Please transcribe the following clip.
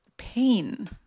pain